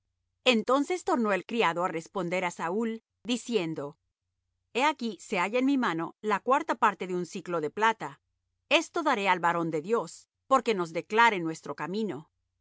entonces tornó el criado á responder á saúl diciendo he aquí se halla en mi mano la cuarta parte de un siclo de plata esto daré al varón de dios porque nos declare nuestro camino